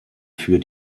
für